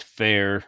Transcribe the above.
fair